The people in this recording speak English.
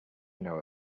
know